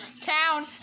town